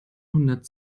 hundert